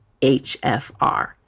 HFR